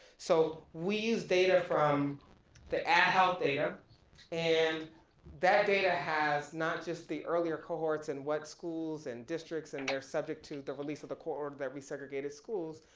so we use data from the add health data and that data has not just the earlier cohorts and what schools and districts and their subjects to the release of the court order that resegregated schools,